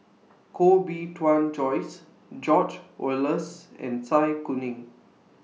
Koh Bee Tuan Joyce George Oehlers and Zai Kuning